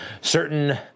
certain